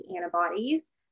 antibodies